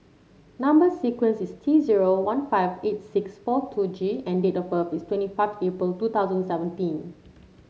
number sequence is T zero one five eight six four two G and date of birth is twenty five April two thousand seventeen